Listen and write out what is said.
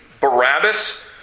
Barabbas